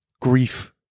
grief